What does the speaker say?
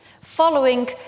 following